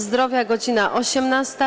Zdrowia - godz. 18,